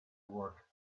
work